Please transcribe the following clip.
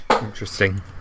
interesting